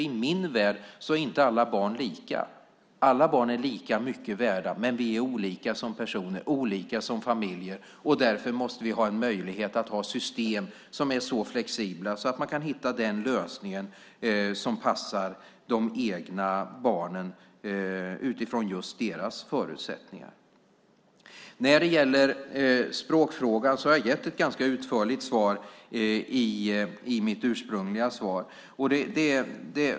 I min värld är inte alla barn lika. Alla barn är lika mycket värda, men vi är olika som personer, olika som familjer. Därför måste vi ha en möjlighet att ha system som är så flexibla att man kan hitta den lösning som passar de egna barnen utifrån just deras förutsättningar. När det gäller språkfrågan har jag gett ett ganska utförligt svar i mitt ursprungliga svar.